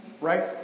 Right